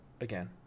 again